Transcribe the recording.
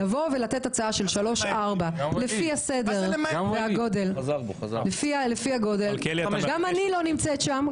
לתת הצעה של שלושה-ארבעה לפי הסדר והגודל גם אני לא נמצאת שם,